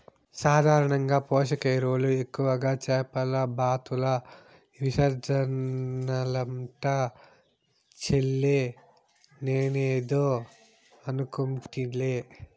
సాధారణంగా పోషక ఎరువులు ఎక్కువగా చేపల బాతుల విసర్జనలంట చెల్లే నేనేదో అనుకుంటిలే